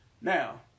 now